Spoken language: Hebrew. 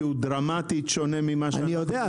הוא דרמטית שונה ממה שאתם שומעים.